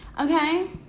Okay